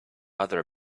other